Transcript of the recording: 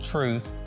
Truth